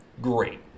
great